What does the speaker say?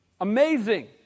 amazing